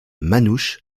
manouche